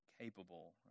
capable